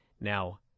Now